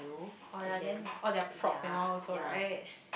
orh ya then orh their props and all also right